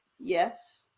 yes